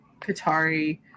Qatari